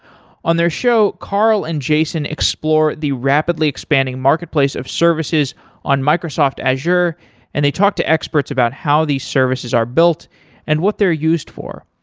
on their show, carl and jason explore the rapidly expanding marketplace of services on microsoft azure and they talk to experts about how these services are built and what they're used for.